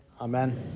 Amen